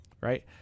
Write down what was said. Right